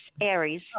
Aries